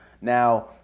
Now